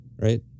right